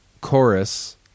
chorus